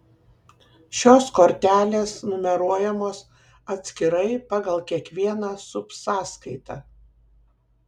šios kortelės numeruojamos atskirai pagal kiekvieną subsąskaitą